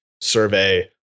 survey